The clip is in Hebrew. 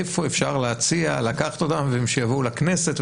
איפה אפשר להציע לקחת אותם ושיבואו לכנסת?